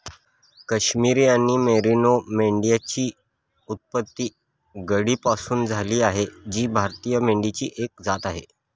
काश्मिरी आणि मेरिनो मेंढ्यांची उत्पत्ती गड्डीपासून झाली आहे जी भारतीय मेंढीची एक जात आहे